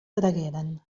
tragueren